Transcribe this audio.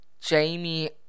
Jamie